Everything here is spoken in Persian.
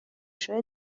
شده